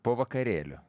po vakarėlio